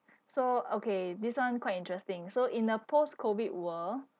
so okay this one quite interesting so in a post COVID world